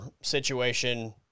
situation